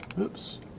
Oops